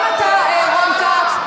גם אתה, רון כץ.